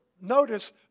notice